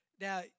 Now